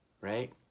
right